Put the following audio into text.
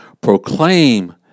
proclaim